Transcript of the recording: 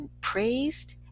praised